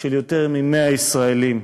של יותר מ-100 ישראלים.